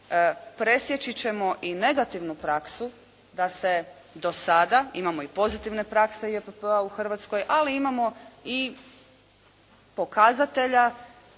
presjeći ćemo i negativnu praksu da do sada imamo i pozitivne prakse JPP-a u Hrvatskoj ali imamo i pokazatelja